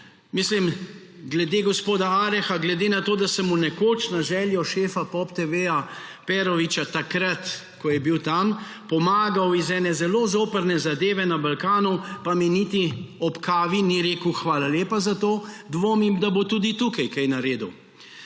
sčistil. Glede gospoda Areha, glede na to, da sem mu nekoč na željo šefa POP TV Peroviča takrat, ko je bil tam, pomagal iz ene zelo zoprne zadeve na Balkanu, pa mi niti ob kavi ni rekel hvala lepa za to; dvomim, da bo tudi tukaj kaj naredil.